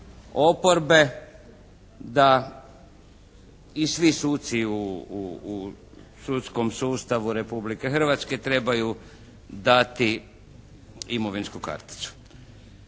da i svi suci u sudskom sustavu Republike Hrvatske trebaju dati imovinsku karticu.